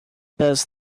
best